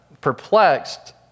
perplexed